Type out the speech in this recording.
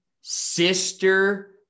sister